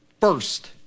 first